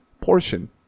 portion